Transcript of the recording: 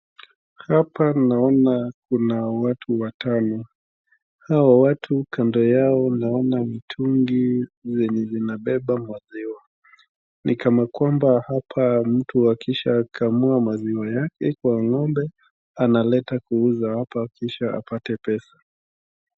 Hapa naona kuna watu watano, hawa watu kando yao naona mtungi zenye zinabeba maziwa. Ni kama kwamba hapa mtu akisha kamua maziwa yake kwa ng'ombe analeta kuuza hapa kisha apate pesa.